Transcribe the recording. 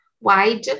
wide